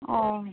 ᱦᱮᱸ